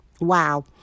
Wow